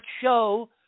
show